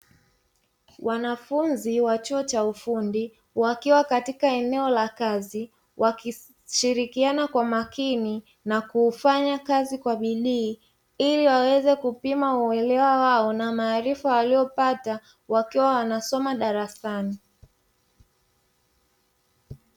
Wanafunzi wa chuo cha ufundi wakiwa katika eneo la kazi wakishirikiana kwa makini na kufanya kazi kwa bidii ili waweze kupima uelewa wao na maarifa waliyopata wakiwa wanasoma darasani.